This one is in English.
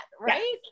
right